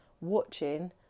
watching